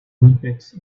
olympics